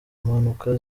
mpanuka